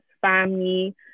family